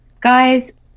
guys